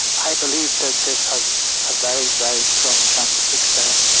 i believe that this has a very, very strong chance of success.